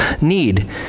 need